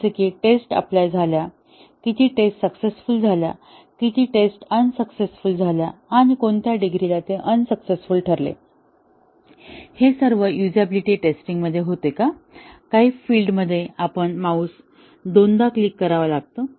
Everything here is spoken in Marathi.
जसे कि किती टेस्ट अप्लाय झाल्या किती टेस्ट सक्सेसफुल झाल्या किती टेस्ट अनसक्सेसफूल झाल्या आणि कोणत्या डिग्री ला ते अनसक्सेसफूल ठरले हे सर्व युझबिलिटी टेस्टिंग मध्ये होते का काही फिल्ड मध्ये आपल्याला माउस दोनदा क्लिक करावा लागेल